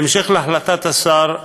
בהמשך להחלטת השר,